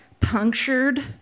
punctured